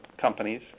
companies